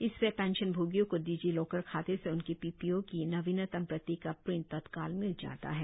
इससे पेंशनभोगियों को डिजी लॉकर खाते से उनके पीपीओ की नवीनतम प्रति का प्रिंट तत्काल मिल जाता है